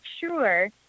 sure